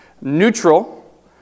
neutral